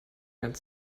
ganz